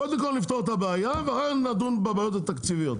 קודם כל נפתור את הבעיה ואחר כך נדון בבעיות התקציביות,